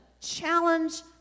challenge